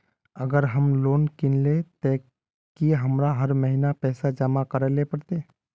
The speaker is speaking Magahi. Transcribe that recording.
अगर हम लोन किनले ते की हमरा हर महीना पैसा जमा करे ले पड़ते?